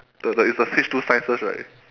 the the it's the H two sciences right